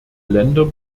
länder